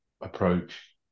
approach